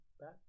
back